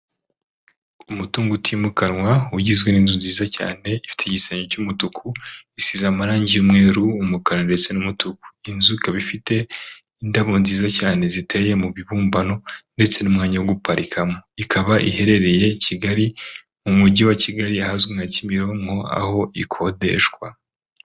Umutungo utimukanwa ugizwe n'inzu nziza cyane ifite igisenge cy'umutuku, isize amarangi y'umweru, umukara ndetse n' umutuku. Inzuka ikaba ifite indabo nziza cyane ziteye mu bibumbano, ndetse n'umwanya wo guparikamo. Ikaba iherereye Kigali mu mujyi wa Kigali ahazwi nka Kimironko aho ikodeshwa.